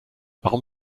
warum